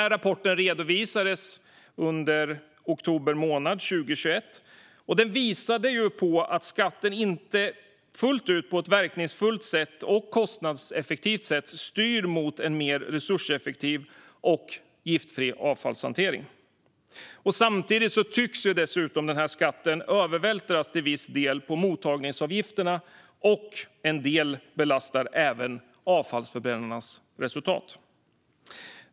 Rapporten redovisades i oktober 2021, och den visade att skatten inte fullt ut på ett verkningsfullt och kostnadseffektivt sätt styr mot en mer resurseffektiv och giftfri avfallshantering. Samtidigt tycks denna skatt dessutom till viss del övervältras på mottagningsavgifterna, och en del belastar även avfallsförbrännarnas resultat.